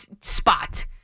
spot